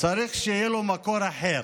צריך שיהיה לו מקור אחר.